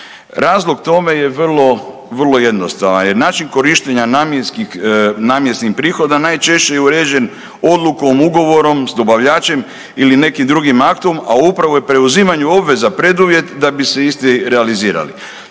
Razlog tome je vrlo, vrlo jednostavan jer način korištenja namjenskih, namjenskih prihoda najčešće je uređen odlukom, ugovorom s dobavljačem ili nekim drugim aktom, a upravo je preuzimanje obveza preduvjet da bi se isti realizirali.